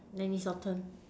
then is your turn